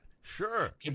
Sure